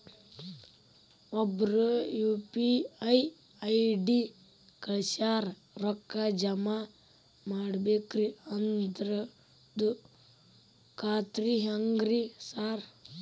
ಒಬ್ರು UPI ID ಕಳ್ಸ್ಯಾರ ರೊಕ್ಕಾ ಜಮಾ ಮಾಡ್ಬೇಕ್ರಿ ಅದ್ರದು ಖಾತ್ರಿ ಹೆಂಗ್ರಿ ಸಾರ್?